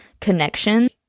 connection